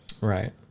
Right